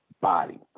body